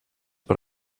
but